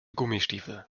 gummistiefel